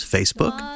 Facebook